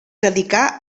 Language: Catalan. dedicà